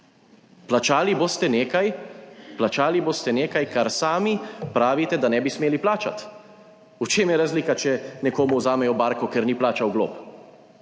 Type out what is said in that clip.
Plačali boste nekaj, kar sami pravite, da ne bi smeli plačati. V čem je razlika, če nekomu vzamejo barko, ker ni plačal glob?